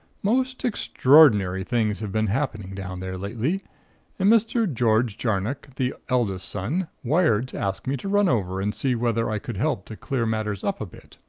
most extraordinary things have been happening down there lately and mr. george jarnock, the eldest son, wired to ask me to run over and see whether i could help to clear matters up a bit.